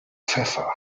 pfeffer